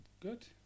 Good